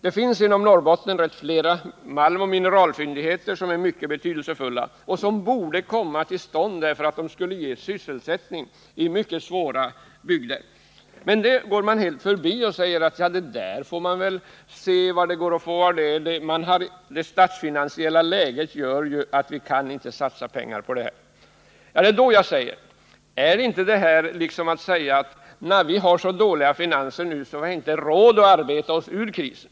Det finns i Norrbotten flera malmoch mineralfyndigheter som är mycket betydelsefulla och där brytning borde komma till stånd därför att den skulle ge sysselsättning i bygder där förhållandena är mycket svåra. Men det går man helt förbi. Man säger att det statsfinansiella läget gör att vi inte kan satsa pengar på det. Man säger alltså: Vi har så dåliga finanser att vi inte har råd att arbeta oss ur krisen.